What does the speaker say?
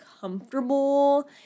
comfortable